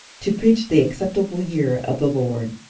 to preach the acceptable year of the lord.